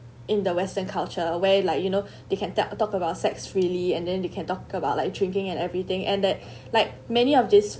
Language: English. in the western culture way like you know they can take a talk about sex freely and then you can talk about like drinking and everything and that like many of this